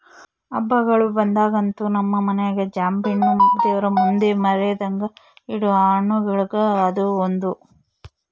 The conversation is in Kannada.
ಹಬ್ಬಗಳು ಬಂದಾಗಂತೂ ನಮ್ಮ ಮನೆಗ ಜಾಂಬೆಣ್ಣು ದೇವರಮುಂದೆ ಮರೆದಂಗ ಇಡೊ ಹಣ್ಣುಗಳುಗ ಅದು ಒಂದು